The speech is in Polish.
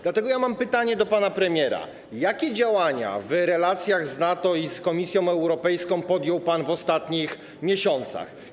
Dlatego ja mam pytanie do pana premiera: Jakie działania w relacjach z NATO i z Komisją Europejską podjął pan w ostatnich miesiącach?